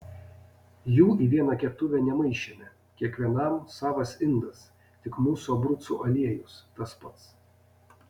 jų į vieną keptuvę nemaišėme kiekvienam savas indas tik mūsų abrucų aliejus tas pats